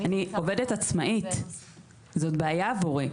אני עובדת עצמאית, זאת בעיה עבורי.